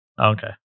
Okay